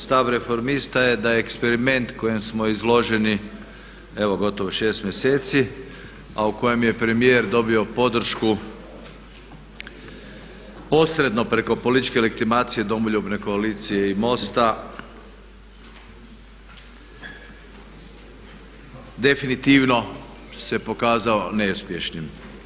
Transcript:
Stav Reformista je da je eksperiment kojem smo izloženi evo gotovo 6 mjeseci, a u kojem je premijer dobio podršku posredno preko političke legitimacije Domoljubne koalicije i MOST-a definitivno se pokazao neuspješnim.